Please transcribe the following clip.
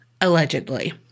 allegedly